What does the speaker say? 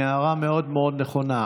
עם הערה מאוד נכונה.